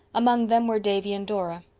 among them were davy and dora.